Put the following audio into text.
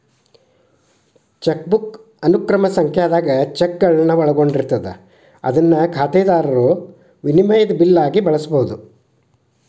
chequebook ಅನುಕ್ರಮ ಸಂಖ್ಯಾದಾಗ ಚೆಕ್ಗಳನ್ನ ಒಳಗೊಂಡಿರ್ತದ ಅದನ್ನ ಖಾತೆದಾರರು ವಿನಿಮಯದ ಬಿಲ್ ಆಗಿ ಬಳಸಬಹುದು